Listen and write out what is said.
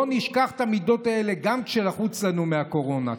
לא נשכח את המידות האלה גם כשלחוץ לנו מהקורונה.